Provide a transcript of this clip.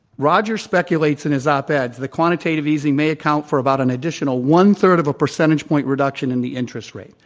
roger speculates speculates in his op ed the quantitative easing may account for about an additional one third of a percentage point reduction in the interest rate.